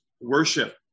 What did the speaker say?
worship